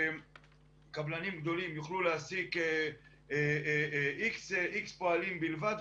קבלנים גדולים יוכלו להעסיק X פועלים בלבד,